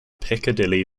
piccadilly